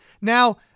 Now